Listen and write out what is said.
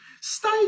Stay